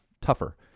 tougher